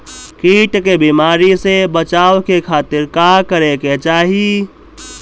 कीट के बीमारी से बचाव के खातिर का करे के चाही?